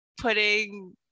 putting